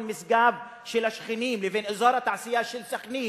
משגב של השכנים לבין אזור התעשייה של סח'נין,